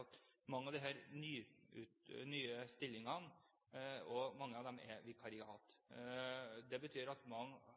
at mange av disse nye stillingene er vikariater. Det betyr at mange som kommer ut fra Politihøgskolen, får et vikariat. Når vikariatet går ut, er man ferdig og